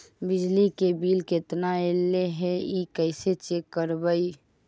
बिजली के बिल केतना ऐले हे इ कैसे चेक करबइ?